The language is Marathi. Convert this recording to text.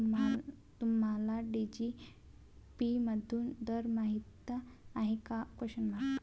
तुम्हाला जी.डी.पी मधून दर माहित आहे का?